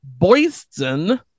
Boyston